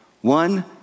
one